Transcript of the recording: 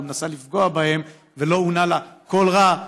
ומנסה לפגוע בהם ולא אונה לה כל רע,